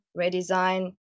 redesign